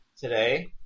today